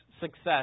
success